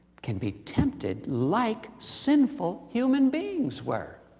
can be tempted like sinful human beings were.